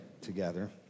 together